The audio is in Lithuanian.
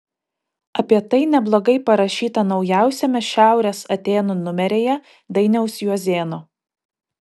apie tai neblogai parašyta naujausiame šiaurės atėnų numeryje dainiaus juozėno